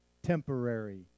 temporary